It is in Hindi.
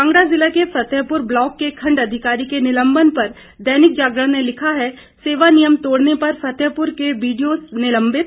कांगड़ा जिला के फतेहपुर ब्लाक के खंड अधिकारी के निलंबन पर दैनिक जागरण ने लिखा है सेवा नियम तोड़ने पर फतेहपुर के बीडीओ निलंबित